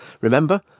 Remember